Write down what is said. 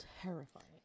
terrifying